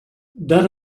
that